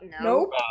Nope